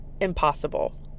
impossible